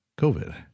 COVID